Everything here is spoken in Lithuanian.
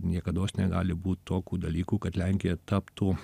niekados negali būt tokių dalykų kad lenkija taptų